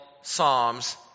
Psalms